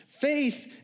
Faith